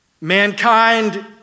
mankind